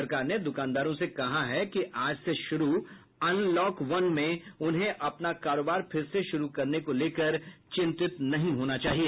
सरकार ने दुकानदारों से कहा है कि आज से शुरूअनलॉक वन में उन्हें अपना कारोबार फिर से शुरू करने को लेकर चिंतित नहीं होना चाहिए